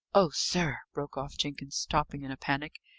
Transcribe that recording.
oh, sir! broke off jenkins, stopping in a panic,